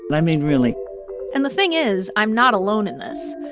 but i mean, really and the thing is i'm not alone in this.